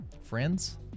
Friends